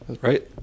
right